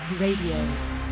Radio